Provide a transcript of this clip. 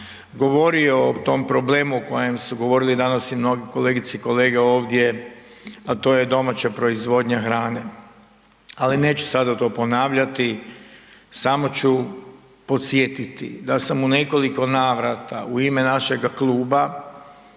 govorio o tom problemu o kojem su govorili i danas i mnogi kolegice i kolege ovdje, a to je domaća proizvodnja hrane, ali neću sada to ponavljati, samo ću podsjetiti da sam u nekoliko navrata u ime našega kluba